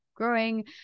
Growing